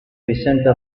vicente